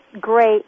great